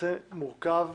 הנושא מורכב,